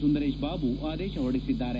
ಸುಂದರೇಶ ಬಾಬು ಆದೇಶ ಹೊರಡಿಸಿದ್ದಾರೆ